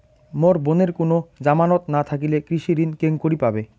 মোর বোনের কুনো জামানত না থাকিলে কৃষি ঋণ কেঙকরি পাবে?